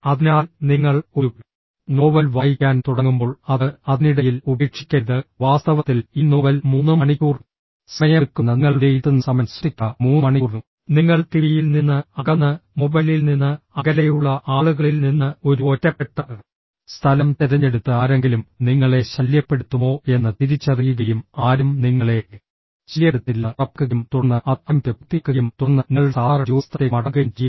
അതിനാൽ നിങ്ങൾ ഒരു നോവൽ വായിക്കാൻ തുടങ്ങുമ്പോൾ അത് അതിനിടയിൽ ഉപേക്ഷിക്കരുത് വാസ്തവത്തിൽ ഈ നോവൽ 3 മണിക്കൂർ സമയമെടുക്കുമെന്ന് നിങ്ങൾ വിലയിരുത്തുന്ന സമയം സൃഷ്ടിക്കുക 3 മണിക്കൂർ നിങ്ങൾ ടിവിയിൽ നിന്ന് അകന്ന് മൊബൈലിൽ നിന്ന് അകലെയുള്ള ആളുകളിൽ നിന്ന് ഒരു ഒറ്റപ്പെട്ട സ്ഥലം തിരഞ്ഞെടുത്ത് ആരെങ്കിലും നിങ്ങളെ ശല്യപ്പെടുത്തുമോ എന്ന് തിരിച്ചറിയുകയും ആരും നിങ്ങളെ ശല്യപ്പെടുത്തുന്നില്ലെന്ന് ഉറപ്പാക്കുകയും തുടർന്ന് അത് ആരംഭിച്ച് പൂർത്തിയാക്കുകയും തുടർന്ന് നിങ്ങളുടെ സാധാരണ ജോലിസ്ഥലത്തേക്ക് മടങ്ങുകയും ചെയ്യുക